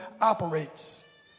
operates